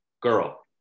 girl